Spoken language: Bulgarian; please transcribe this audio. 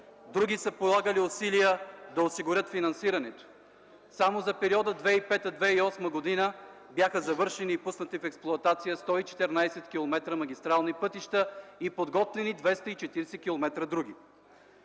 други са полагали усилия да осигурят финансирането. Само за периода 2005-2008 г. бяха завършени и пуснати в експлоатация 114 км магистрални пътища и подготвени 240 км други.